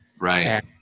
Right